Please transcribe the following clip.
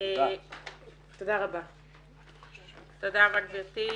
תודה רבה גברתי.